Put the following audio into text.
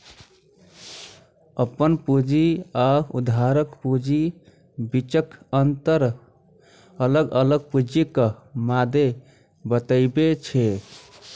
अपन पूंजी आ उधारक पूंजीक बीचक अंतर अलग अलग पूंजीक मादे बतबै छै